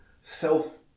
self